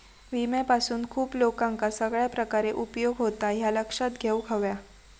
विम्यापासून खूप लोकांका सगळ्या प्रकारे उपयोग होता, ह्या लक्षात घेऊक हव्या